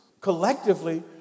collectively